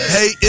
Hey